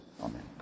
Amen